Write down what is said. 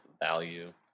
value